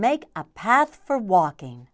make a path for walking